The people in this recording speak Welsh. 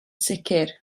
sicr